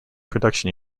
production